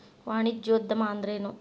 ವಾಣಿಜ್ಯೊದ್ಯಮಾ ಅಂದ್ರೇನು?